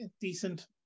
decent